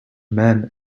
men